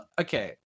okay